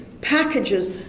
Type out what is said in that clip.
packages